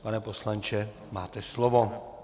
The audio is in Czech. Pane poslanče, máte slovo.